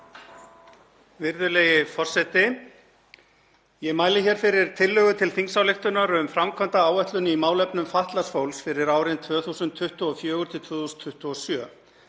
Virðulegi forseti. Ég mæli hér fyrir tillögu til þingsályktunar um framkvæmdaáætlun í málefnum fatlaðs fólks fyrir árin 2024–2027,